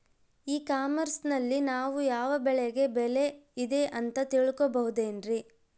E commerce ನಲ್ಲಿ ನಾವು ಯಾವ ಬೆಳೆಗೆ ಬೆಲೆ ಇದೆ ಅಂತ ತಿಳ್ಕೋ ಬಹುದೇನ್ರಿ?